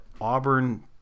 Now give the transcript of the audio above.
Auburn